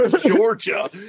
Georgia